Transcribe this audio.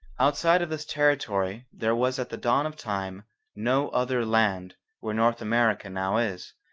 outside of this territory there was at the dawn of time no other land where north america now is,